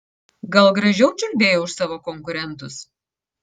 gal gražiau čiulbėjau už savo konkurentus